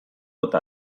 eta